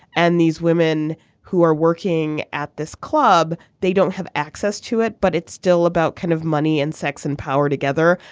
and these women who are working at this club they don't have access to it but it's still about kind of money and sex and power together.